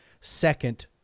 second